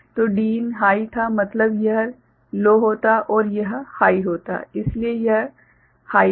तो Din high था मतलब यह लो होता और यह हाइ होता यदि यह हाइ था